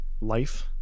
life